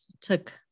took